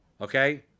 Okay